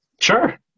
Sure